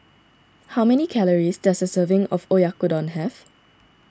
how many calories does a serving of Oyakodon have